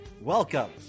Welcome